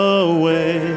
away